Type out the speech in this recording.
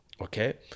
okay